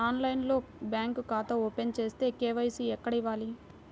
ఆన్లైన్లో బ్యాంకు ఖాతా ఓపెన్ చేస్తే, కే.వై.సి ఎక్కడ ఇవ్వాలి?